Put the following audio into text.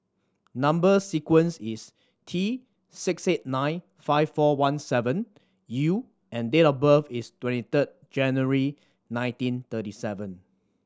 number sequence is T six eight nine five four one seven U and date of birth is twenty third January nineteen thirty seven